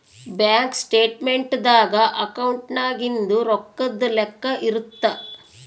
bank statement ದಾಗ ಅಕೌಂಟ್ನಾಗಿಂದು ರೊಕ್ಕದ್ ಲೆಕ್ಕ ಇರುತ್ತ